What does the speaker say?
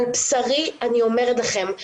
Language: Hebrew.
על בשרי אני אומרת לכם,